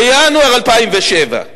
בינואר 2007,